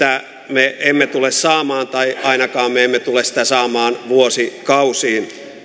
me emme tule saamaan tai ainakaan me emme tule sitä saamaan vuosikausiin